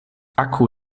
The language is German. akku